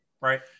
right